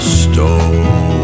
stone